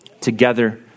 together